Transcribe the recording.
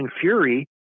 Fury